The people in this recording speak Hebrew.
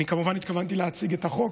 אני כמובן התכוונתי להציג את החוק,